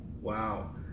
wow